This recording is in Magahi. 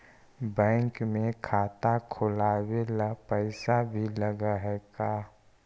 बैंक में खाता खोलाबे ल पैसा भी लग है का?